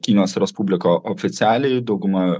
kinijos respubliką oficialiai dauguma